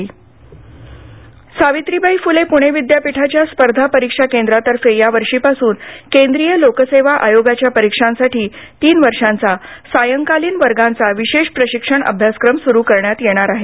अभ्यासक्रम सावित्रीबाई फुले पूणे विद्यापीठाच्या स्पर्धा परीक्षा केंद्रातर्फे या वर्षीपासून केंद्रीय लोकसेवा आयोगाच्या परीक्षांसाठी तीन वर्षांचा सायंकालीन वर्गांचा विशेष प्रशिक्षण अभ्यासक्रम सुरू करण्यात येणार आहे